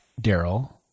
Daryl